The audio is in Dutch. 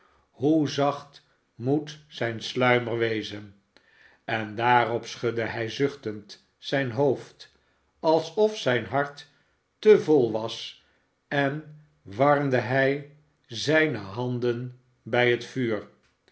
hoe zacht moet zijn sluimer wezen en daarop schudde hij zuchtend zijn hoofd alsof zijn hart te vol was en warmde hij zijne handen bij het vuur